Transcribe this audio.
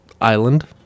island